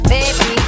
Baby